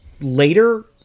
later